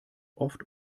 oft